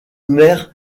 maire